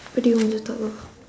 what do you want to talk about